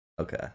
Okay